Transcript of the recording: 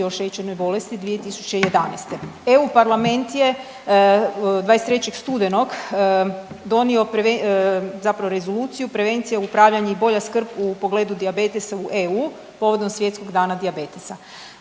o šećernoj bolesti 2011. EU parlament je 23. studenog donio zapravo Rezoluciju prevencije upravljanje i bolja skrb u pogledu dijabetesa u EU povodom Svjetskog dana dijabetesa.